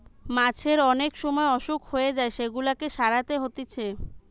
মাছের অনেক সময় অসুখ হয়ে যায় সেগুলাকে সারাতে হতিছে